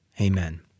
Amen